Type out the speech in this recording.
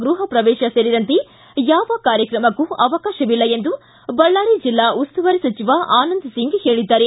ಗೃಹ ಪ್ರವೇಶ ಸೇರಿದಂತೆ ಯಾವ ಕಾರ್ಯಕ್ರಮಕ್ಕೂ ಅವಕಾಶವಿಲ್ಲ ಎಂದು ಬಳ್ಳಾರಿ ಜಿಲ್ಲಾ ಉಸ್ತುವಾರಿ ಸಚಿವ ಆನಂದ್ ಸಿಂಗ್ ಹೇಳಿದ್ದಾರೆ